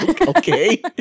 Okay